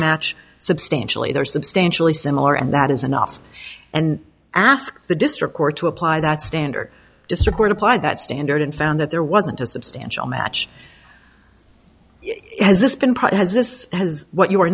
match substantially they are substantially similar and that is enough and asked the district court to apply that standard to support apply that standard and found that there wasn't a substantial match has this been part has this has what you are